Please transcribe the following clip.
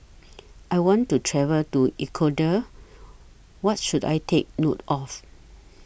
I want to travel to Ecuador What should I Take note of